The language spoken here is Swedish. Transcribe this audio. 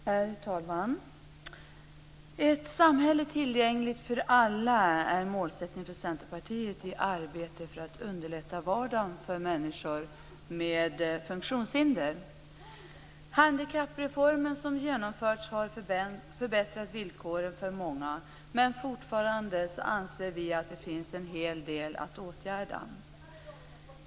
Herr talman! Ett samhälle tillgängligt för alla är målsättningen för Centerpartiet i arbetet för att underlätta vardagen för människor med funktionshinder. Den handikappreform som genomförts har förbättrat villkoren för många, men vi anser att det fortfarande finns en hel del att åtgärda.